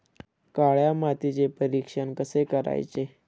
काळ्या मातीचे परीक्षण कसे करायचे?